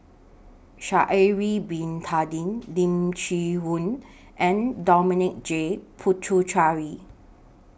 Sha'Ari Bin Tadin Lim Chee Onn and Dominic J Puthucheary